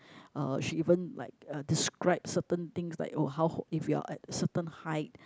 uh she even like uh describe certain things like uh how if you are at certain height